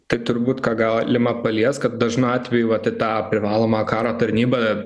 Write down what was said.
tai turbūt ką galima paliest kad dažnu atveju vat į tą privalomą karo tarnybą